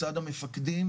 מצד המפקדים,